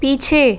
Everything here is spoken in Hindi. पीछे